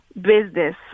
business